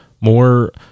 more